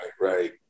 right